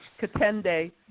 Katende